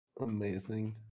Amazing